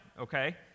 okay